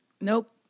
Nope